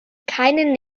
keinen